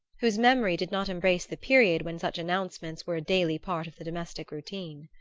whose memory did not embrace the period when such announcements were a daily part of the domestic routine.